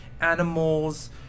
animals